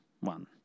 one